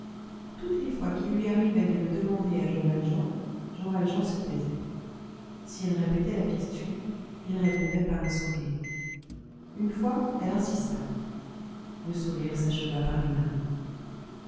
toutes les fois qu'il lui arrivait de le demander à jean valjean jean valjean se taisait si elle répétait sa question il répondait par un sourire une fois elle insista le sourire s'acheva par une larme